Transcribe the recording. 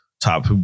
top